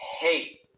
hate